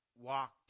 walked